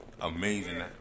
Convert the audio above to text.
amazing